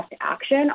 action